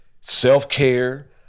self-care